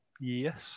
Yes